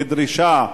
כדרישה,